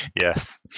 Yes